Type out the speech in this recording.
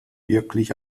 wirklich